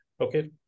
okay